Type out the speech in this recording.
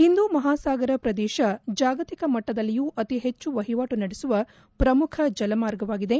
ಹಿಂದೂ ಮಹಾಸಾಗರ ಪ್ರದೇಶ ಜಾಗತಿಕ ಮಟ್ಟದಲ್ಲಿಯೂ ಅತಿ ಹೆಚ್ಚು ವಹಿವಾಟು ನಡೆಸುವ ಪ್ರಮುಖ ಜಲ ಮಾರ್ಗವಾಗಿದೆ